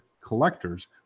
collectors